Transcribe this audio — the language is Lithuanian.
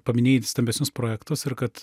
paminėjai stambesnius projektus ir kad